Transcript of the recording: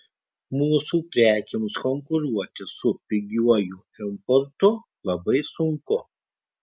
mūsų prekėms konkuruoti su pigiuoju importu labai sunku